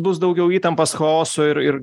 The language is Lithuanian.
bus daugiau įtampos chaoso ir ir